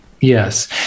Yes